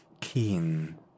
keen